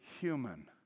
human